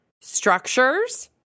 structures